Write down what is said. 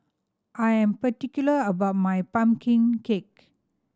I am particular about my pumpkin cake